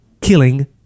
killing